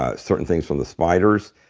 ah certain things from the spiders.